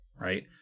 right